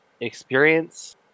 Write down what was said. experience